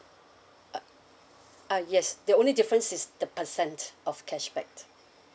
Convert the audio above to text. uh uh yes the only difference is the percent of cashback